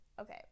okay